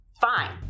Fine